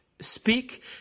Speak